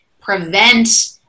prevent